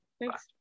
Thanks